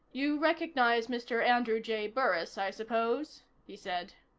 you recognize mr. andrew j. burris, i suppose? he said.